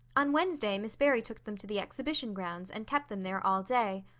on wednesday miss barry took them to the exhibition grounds and kept them there all day.